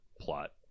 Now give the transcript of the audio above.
plot